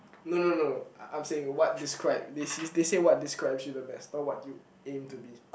no no no I'm saying what describe this they say what describes you the best not what you aim to be